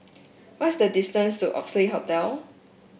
what is the distance to Oxley Hotel